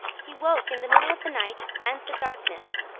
he woke in the middle of the night and the darkness.